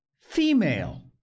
female